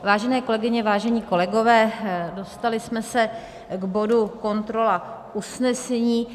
Vážené kolegyně, vážení kolegové, dostali jsme se k bodu kontrola usnesení.